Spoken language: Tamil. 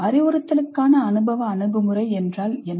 அறிவுறுத்தலுக்கான அனுபவ அணுகுமுறை என்றால் என்ன